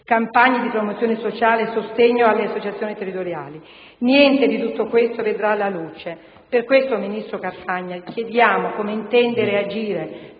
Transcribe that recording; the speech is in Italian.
campagne di promozione sociale, sostegno alle associazioni territoriali. Niente di tutto questo vedrà la luce. Per questo, ministro Carfagna, chiediamo come intende reagire